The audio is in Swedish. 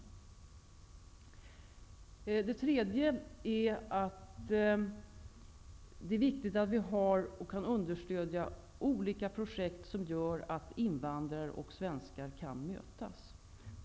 För det tredje är det viktigt att vi kan understödja olika projekt som gör att invandrare och svenskar kan mötas.